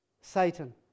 satan